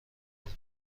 کنم